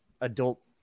adult